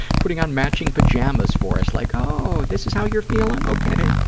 putting on matching pajamas for us, like, oh, this is how you're feeling? okay.